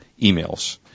emails